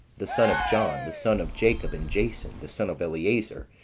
the son of john, the son of jacob, and jason, the son of eleazar,